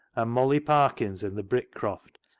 and molly parkin's in the brick croft,